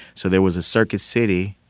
so there was a circuit city.